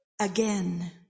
again